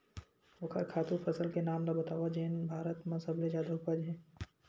ओखर खातु फसल के नाम ला बतावव जेन भारत मा सबले जादा उपज?